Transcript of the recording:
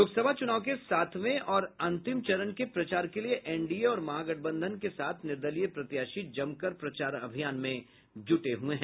लोकसभा चुनाव के सातवें और अंतिम चरण के प्रचार के लिए एनडीए और महागठबंधन के साथ निर्दलीय प्रत्याशी जमकर प्रचार अभियान में जूटे हैं